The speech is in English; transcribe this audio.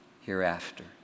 hereafter